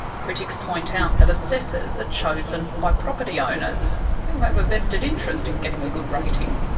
critics point out that assessors are chosen by property owners who have a vested interest in getting a good rating.